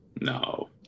no